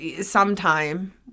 sometime